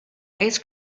ice